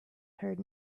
heard